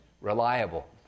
reliable